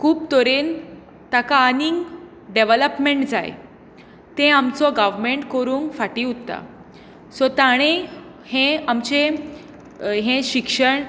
खूब तरेन ताका आनी डॅवलपमँट जाय तें आमचो गवमँट करूंक फाटीं उरता सो ताणें हें आमचें हें शिक्षण